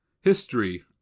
History